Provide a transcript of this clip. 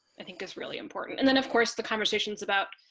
i think is really important. and then of course the conversations about